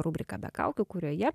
rubriką be kaukių kurioje